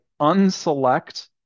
unselect